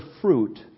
fruit